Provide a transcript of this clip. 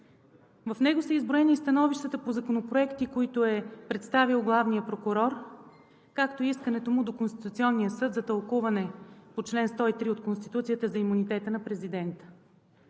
В него са изброени и становищата по законопроекти, които е представил главният прокурор, както и искането му до Конституционния съд за тълкуване по чл. 103 от Конституцията за имунитета на президента.